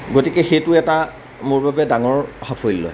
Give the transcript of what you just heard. গতিকে সেইটো এটা মোৰ বাবে ডাঙৰ সাফল্য